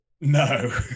No